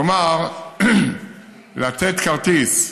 כלומר, לתת כרטיס,